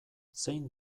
zein